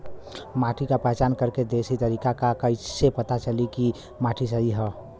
माटी क पहचान करके देशी तरीका का ह कईसे पता चली कि माटी सही ह?